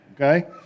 okay